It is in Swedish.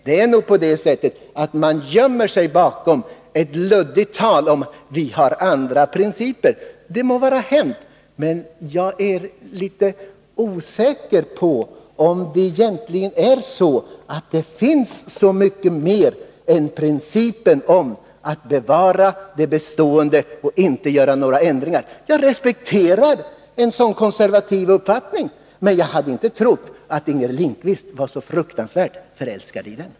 Det är nog på det sättet att moderaterna gömmer sig bakom ett luddigt tal om andra principer. Det må vara hänt, men jag är osäker på om det finns så mycket mer än principen om att bevara det bestående och inte göra några ändringar. Jag respekterar en sådan konservativ uppfattning, men jag hade inte trott att Inger Lindquist var så fruktansvärt förälskad i den.